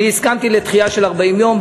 לדחייה של 40 יום.